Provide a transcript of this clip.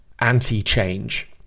anti-change